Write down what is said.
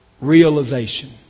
realization